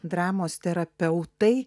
dramos terapeutai